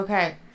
Okay